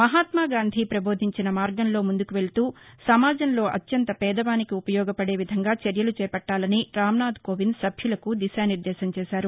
మహాత్మాగాంధీ ప్రబోధించిన మార్గంలో ముందుకువెళుతూ సమాజంలో అత్యంత పేదవానికి ఉపయోగపడే విధంగా చర్యలు చేపట్టాలని రామ్నాథ్కోవింద్ సభ్యులకు దిశానిర్దేశం చేశారు